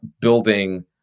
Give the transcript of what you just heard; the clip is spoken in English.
building